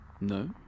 No